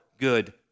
good